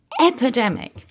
epidemic